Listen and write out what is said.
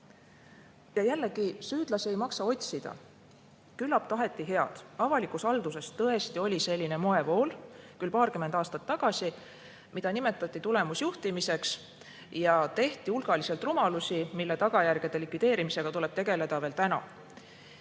Ja jällegi, süüdlasi ei maksa otsida, küllap taheti head. Avalikus halduses tõesti oli selline moevool, küll paarkümmend aastat tagasi, mida nimetati tulemusjuhtimiseks, ja tehti hulgaliselt rumalusi, mille tagajärgede likvideerimisega tuleb tegeleda veel täna.